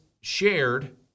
shared